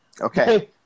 Okay